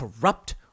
corrupt